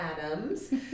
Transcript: Adams